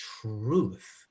truth